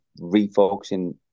refocusing